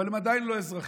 אבל הם עדיין לא אזרחים.